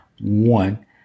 one